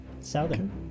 Southern